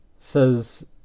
says